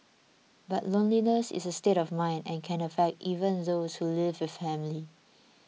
but loneliness is a state of mind and can affect even those who live with family